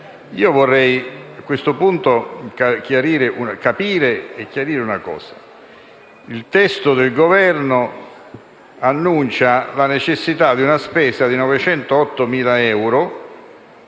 Io vorrei però capire e chiarire un punto. Il testo del Governo annuncia la necessità di una spesa di 908.000 euro,